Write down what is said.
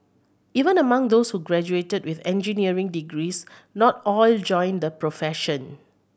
even among those who graduated with engineering degrees not all joined the profession